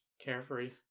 carefree